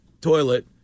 toilet